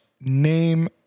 name